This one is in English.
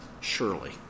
surely